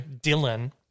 Dylan